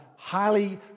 Highly